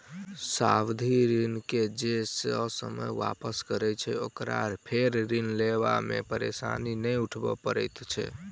सावधि ऋण के जे ससमय वापस करैत छै, ओकरा फेर ऋण लेबा मे परेशानी नै उठाबय पड़ैत छै